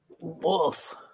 Wolf